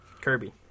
Kirby